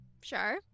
Sure